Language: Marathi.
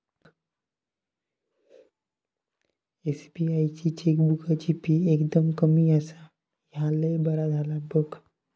एस.बी.आई ची चेकबुकाची फी एकदम कमी आसा, ह्या लय बरा झाला बघ